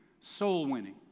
soul-winning